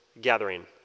gathering